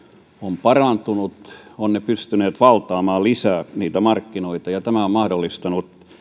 on parantunut olemme pystyneet valtaamaan lisää markkinoita ja tämä on mahdollistanut